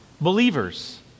Believers